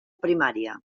primària